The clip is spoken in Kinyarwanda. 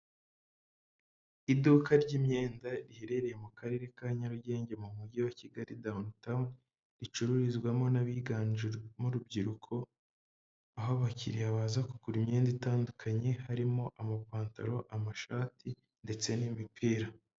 Iduka ry'imyenda riherereye mu karere ka Nyarugenge mu mujyi wa Kigali dawunitawuni ricururizwamo n'abiganjemo urubyiruko, aho abakiriya baza kugura imyenda itandukanye harimo amapantaro, amashati ndetse n'imipira.